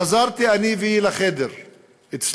חזרנו, אני והיא, לחדר שלו